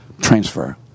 Transfer